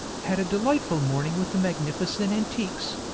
had a delightful morning with the magnificent antiques,